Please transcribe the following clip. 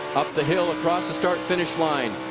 up the hill, across the start-finish line.